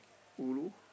ulu